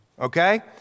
Okay